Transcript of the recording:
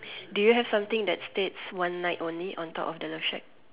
do you have something that states one night only on top of the love shack